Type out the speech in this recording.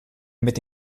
mit